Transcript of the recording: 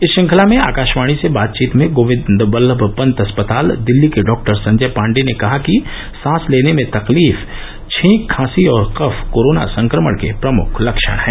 इस श्रृंखला में आकाशवाणी से बातचीत में गोविंद बल्लभ पंत अस्पताल दिल्ली के डॉक्टर संजय पांडेय ने कहा कि सांस लेने में तकलीफ छींक खांसी और कफ कोरोना संक्रमण के प्रमुख लक्षण हैं